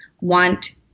want